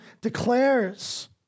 declares